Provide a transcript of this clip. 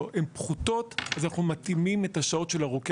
המרקחת פחותות אז אנחנו מתאימים את השעות של הרוקח.